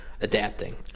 adapting